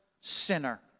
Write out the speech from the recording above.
sinner